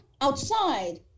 outside